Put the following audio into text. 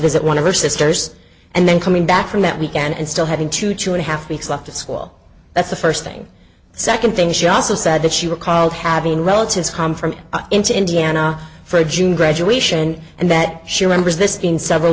visit one of her sisters and then coming back from that weekend and still having to choose a half weeks left of school that's the first thing the second thing she also said that she recalled having relatives come from into indiana for a june graduation and that she remembers this in several